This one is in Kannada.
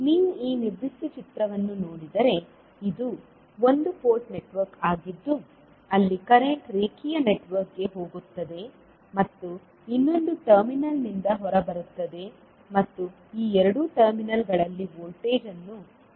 ನೀವು ಈ ನಿರ್ದಿಷ್ಟ ಚಿತ್ರವನ್ನು ನೋಡಿದರೆ ಇದು ಒಂದು ಪೋರ್ಟ್ ನೆಟ್ವರ್ಕ್ ಆಗಿದ್ದು ಅಲ್ಲಿ ಕರೆಂಟ್ ರೇಖೀಯ ನೆಟ್ವರ್ಕ್ಗೆ ಹೋಗುತ್ತದೆ ಮತ್ತು ಇನ್ನೊಂದು ಟರ್ಮಿನಲ್ನಿಂದ ಹೊರಬರುತ್ತದೆ ಮತ್ತು ಈ ಎರಡು ಟರ್ಮಿನಲ್ಗಳಲ್ಲಿ ವೋಲ್ಟೇಜ್ ಅನ್ನು ಅನ್ವಯಿಸಲಾಗುತ್ತದೆ